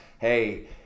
Hey